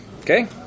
Okay